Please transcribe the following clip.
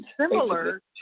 similar